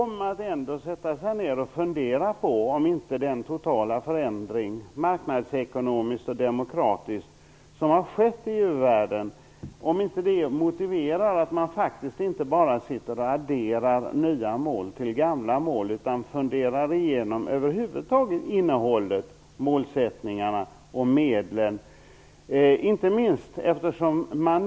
Kanske motiverar den totala förändring som har skett marknadsekonomiskt och demokratiskt i u-världen ändå att man funderar igenom innehållet, målsättningarna och medlen. Man kan inte längre bara addera nya mål till gamla mål.